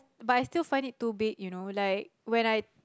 but I still find it too big you know like when I